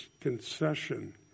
concession